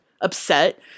upset